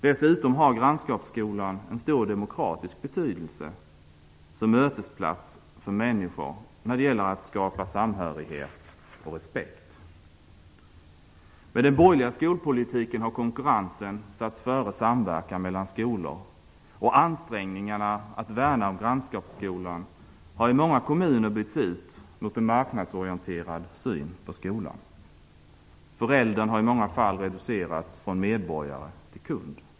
Dessutom har grannskapsskolan en stor demokratisk betydelse som mötesplats för människor när det gäller att skapa samhörighet och respekt. Med den borgerliga skolpolitiken har konkurrensen satts före samverkan mellan skolor, och ansträngningarna att värna om grannskapsskolan har i många kommuner bytts ut mot en marknadsorienterad syn på skolan. Föräldern har i många fall reducerats från medborgare till kund.